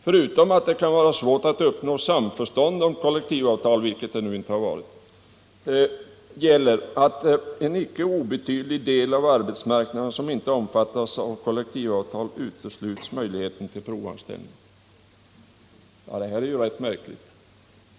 Förutom att det kan vara svårt att uppnå samförstånd om kollektivavtal” — vilket det nu inte har varit — ”gäller att inom den icke obetydliga del av arbetsmarknaden som inte omfattas av kollektivavtal utesluts möjligheten till provanställning.” Det är rätt märkligt.